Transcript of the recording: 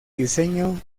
diseño